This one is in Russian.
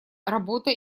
работа